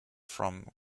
from